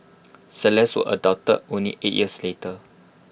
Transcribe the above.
celeste was adopted only eight years later